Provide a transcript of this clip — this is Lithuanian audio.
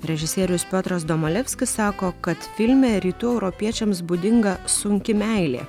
režisierius piotras domolevskis sako kad filme rytų europiečiams būdinga sunki meilė